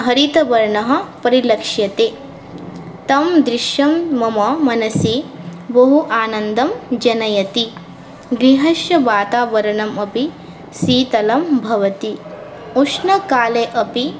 हरितवर्णः परिलक्ष्यते तत् दृश्यं मम मनसि बहु आनन्दं जनयति गृहस्य वातावरणम् अपि शीतलं भवति उष्णकाले अपि